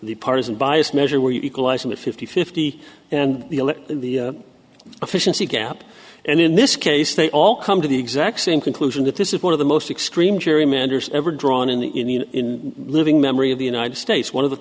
the partisan biased measure we're equalizing the fifty fifty and elect the efficiency gap and in this case they all come to the exact same conclusion that this is one of the most extreme gerrymandered ever drawn in the in living memory of the united states one of the